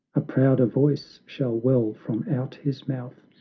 a prouder voice shall well from out his mouth,